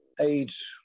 age